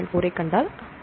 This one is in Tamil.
4 ஐக் கண்டால் சரி